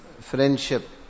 friendship